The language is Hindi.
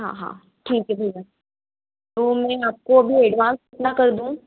हाँ हाँ ठीक है ठीक है तो मैं आपको अभी एडवांस कितना कर दूँ